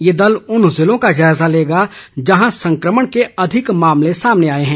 ये दल उन ज़िलों का जायज़ा लेगा जहां संक्रमण के अधिक मामले सामने आए हैं